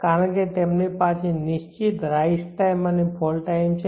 કારણ કે તેમની પાસે નિશ્ચિત રાઇઝ ટાઈમ અને ફોલ ટાઈમ છે